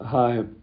Hi